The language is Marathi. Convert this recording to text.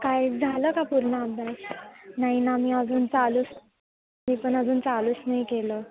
काय झालं का पूर्ण अभ्यास नाही ना मी अजून चालूच मी पण अजून चालूच नाही केलं